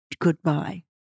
goodbye